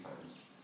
times